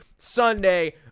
Sunday